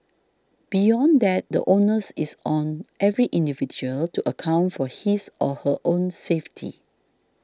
beyond that the onus is on every individual to account for his or her own safety